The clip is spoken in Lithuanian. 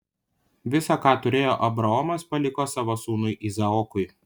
visa ką turėjo abraomas paliko savo sūnui izaokui